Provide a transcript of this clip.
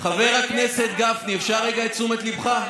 חבר הכנסת גפני, אפשר רגע את תשומת ליבך?